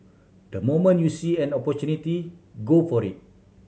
the moment you see an opportunity go for it